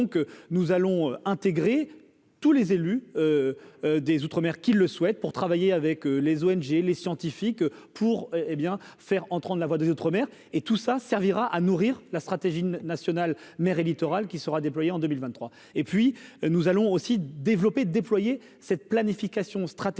donc nous allons intégrer tous les élus des Outre-Mer qui le souhaitent, pour travailler avec les ONG et les scientifiques pour hé bien faire entendre la voix des Outre-Mer mer et tout ça servira à nourrir la stratégie nationale mer et littoral qui sera déployée en 2023 et puis nous allons aussi développer, déployer cette planification stratégique